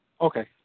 Okay